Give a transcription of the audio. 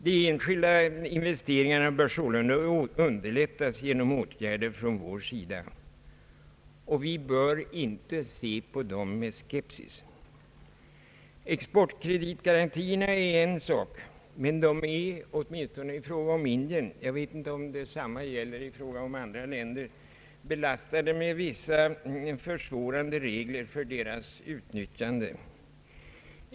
De enskilda investeringarna bör således underlättas genom åtgärder från vår sida, och vi bör inte se på dem med skepsis. Exportkreditgarantierna är en sak, men de är åtminstone i fråga om Indien belastade med vissa försvårande regler för utnyttjandet — jag vet inte om samma regler gäller i fråga om andra länder.